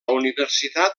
universitat